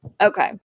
Okay